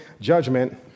judgment